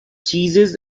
cheeses